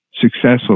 successful